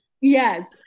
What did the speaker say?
Yes